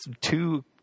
two